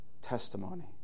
testimony